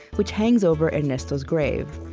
which hangs over ernesto's grave.